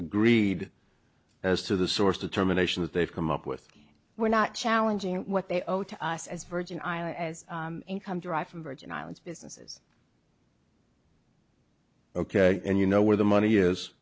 agreed as to the source determination that they've come up with we're not challenging what they owe to us as virgin islands as income derived from virgin islands businesses ok and you know where the money is